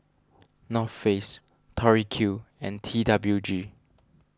North Face Tori Q and T W G